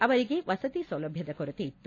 ಅವರಿಗೆ ವಸತಿ ಸೌಲಭ್ಯದ ಕೊರತೆಯಿತ್ತು